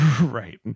Right